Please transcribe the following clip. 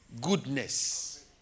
Goodness